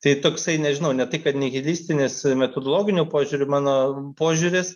tai toksai nežinau ne tai kad nihilistinis metodologiniu požiūriu mano požiūris